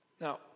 Now